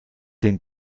den